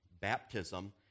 baptism